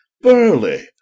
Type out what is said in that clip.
Burley